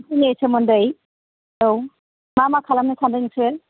फारथिनि सोमोन्दै औ मा मा खालामनो सानदों नोंसोर